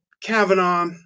Kavanaugh